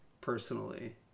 personally